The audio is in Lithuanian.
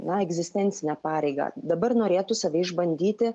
na egzistencinę pareigą dabar norėtų save išbandyti